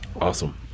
Awesome